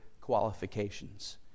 qualifications